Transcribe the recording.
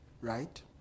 Right